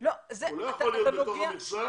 הוא לא יכול להיות בתוך המכסה